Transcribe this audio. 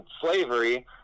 slavery